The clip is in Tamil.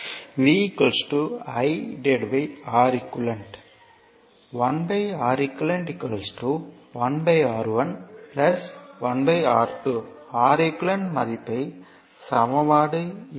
V I Req 1Req 1R11R2 Req மதிப்பை சமன்பாடு 2